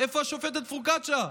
איפה השופטת פרוקצ'יה?